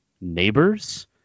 Neighbors